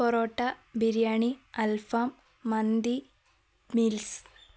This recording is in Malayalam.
പൊറോട്ട ബിരിയാണി അൽഫാം മന്തി മീൽസ്